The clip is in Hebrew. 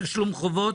תשלום חובות.